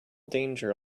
danger